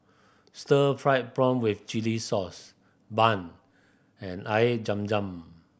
stir fried prawn with chili sauce bun and Air Zam Zam